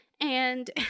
and-